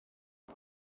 mae